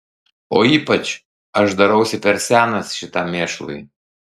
o ypač aš darausi per senas šitam mėšlui